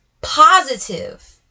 positive